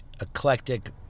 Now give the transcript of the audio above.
eclectic